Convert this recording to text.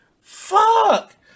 Fuck